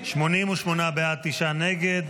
88 בעד, תשעה נגד.